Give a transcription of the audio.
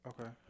Okay